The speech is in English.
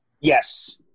Yes